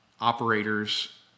operators